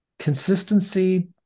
Consistency